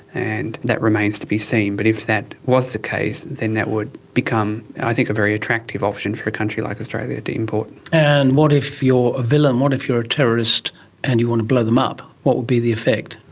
and that remains to be seen. but if that was the case then that would become i think a very a very attractive option for a country like australia to to import. and what if you're a villain, what if you're a terrorist and you want to blow them up, what would be the effect?